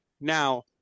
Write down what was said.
Now